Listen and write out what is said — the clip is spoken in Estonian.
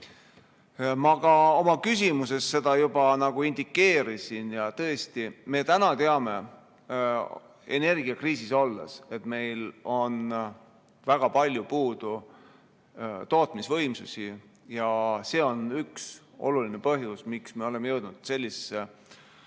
Ma oma küsimuses seda juba indikeerisin. Tõesti, me teame, praeguses energiakriisis olles, et meil on väga palju puudu tootmisvõimsusi. See on üks oluline põhjus, miks me oleme jõudnud